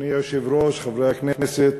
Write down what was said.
אדוני היושב-ראש, חברי הכנסת,